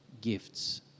gifts